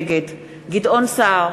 נגד גדעון סער,